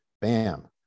bam